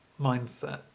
mindset